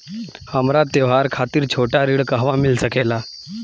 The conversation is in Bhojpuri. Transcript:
हमरा त्योहार खातिर छोटा ऋण कहवा मिल सकेला?